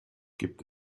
gibt